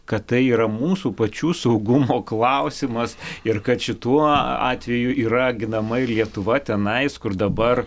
kad tai yra mūsų pačių saugumo klausimas ir kad šituo atveju yra ginama ir lietuva tenais kur dabar